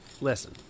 Listen